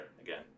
again